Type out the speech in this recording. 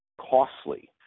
costly